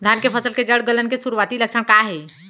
धान के फसल के जड़ गलन के शुरुआती लक्षण का हे?